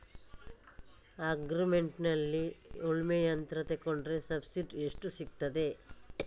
Agri ಮಾರ್ಟ್ನಲ್ಲಿ ಉಳ್ಮೆ ಯಂತ್ರ ತೆಕೊಂಡ್ರೆ ಸಬ್ಸಿಡಿ ಎಷ್ಟು ಸಿಕ್ತಾದೆ?